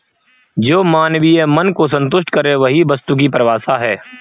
जो मानवीय मन को सन्तुष्ट करे वही वस्तु की परिभाषा है